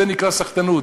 זה נקרא סחטנות,